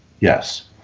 yes